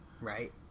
right